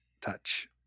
touch